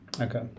Okay